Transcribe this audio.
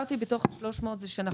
מה שהסברתי בתוך ה-300,000 שקל זה שאנחנו